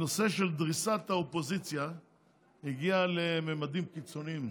הנושא של דריסת האופוזיציה הגיע לממדים קיצוניים.